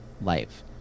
life